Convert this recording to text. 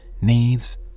knaves